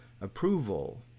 approval